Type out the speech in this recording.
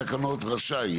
כן.